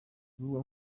rubuga